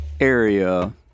area